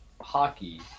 hockey